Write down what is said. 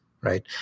right